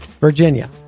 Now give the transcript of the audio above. Virginia